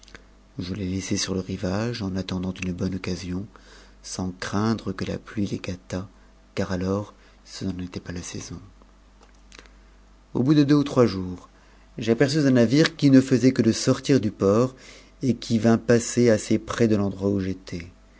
je les laissai sur le rivage en attendant une bonne occasion sans craindre que la pluie les gâtât car alors ce n'en était pas la saison au bout de deux ou trois jours j'aperçus un navire qui ne faisait que sortir du port et qui vint passer assez près de l'endroit où j'étais